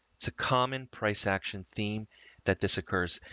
it's a common price action theme that this occurs.